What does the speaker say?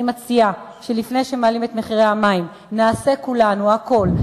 אני מציעה שלפני שמעלים את מחירי המים נעשה כולנו הכול,